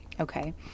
okay